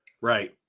Right